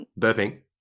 burping